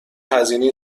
هزینه